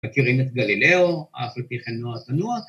‫מכירים את גלילאו, ‫אף על פי כן נוע תנוע.